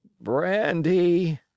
Brandy